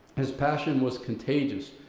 his passion was contagious.